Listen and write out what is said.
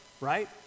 right